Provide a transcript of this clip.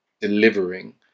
delivering